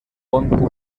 pont